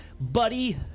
buddy